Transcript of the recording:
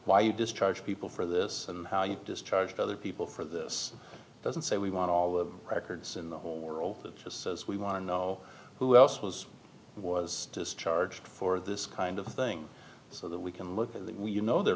you discharge people for this and how you discharged other people for this doesn't say we want all the records in the world that just says we want to know who else was was discharged for this kind of thing so that we can look at you know they're